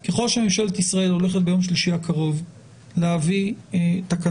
ואומר שככל שממשלת ישראל הולכת ביום שלישי הקרוב להביא תקנות,